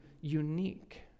unique